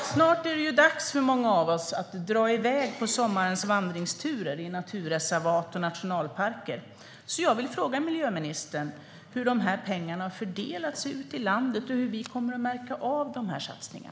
Snart är det dags för många av oss att dra iväg på sommarens vandringsturer i naturreservat och nationalparker. Jag vill fråga miljöministern hur de här pengarna har fördelats ut i landet och hur vi kommer att märka dessa satsningar.